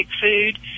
food